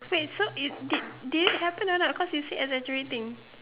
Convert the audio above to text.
so it's did did this happen a lot because you said exaggerating